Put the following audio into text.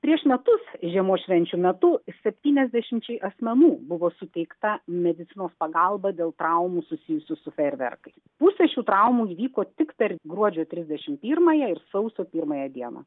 prieš metus žiemos švenčių metu septyniasdešimčiai asmenų buvo suteikta medicinos pagalba dėl traumų susijusių su fejerverkais pusė šių traumų įvyko tik per gruodžio trisdešim pirmąją ir sausio pirmąją dieną